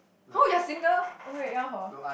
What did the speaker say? !huh! you're single oh wait ya hor